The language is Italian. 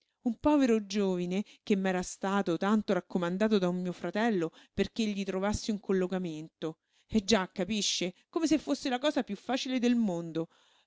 un povero giovine che m'era stato tanto raccomandato da un mio fratello perché gli trovassi un collocamento eh già capisce come se fosse la cosa piú facile del mondo